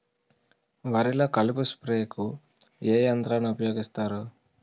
వరిలో కలుపు స్ప్రేకు ఏ యంత్రాన్ని ఊపాయోగిస్తారు?